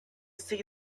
see